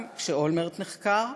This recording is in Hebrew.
גם כשאולמרט נחקר,